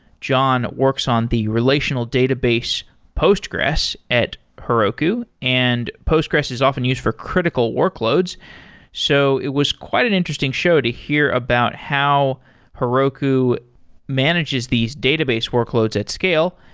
john works on the relational database postgresql at heroku. and postgresql is often used for critical workloads so it was quite an interesting show to hear about how heroku manages these database workloads at scale.